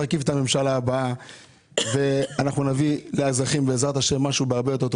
אנחנו נרכיב את הממשלה הבאה ונביא לאזרחים משהו הרבה יותר טוב.